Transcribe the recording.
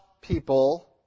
people